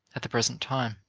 at the present time,